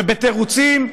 ובתירוצים,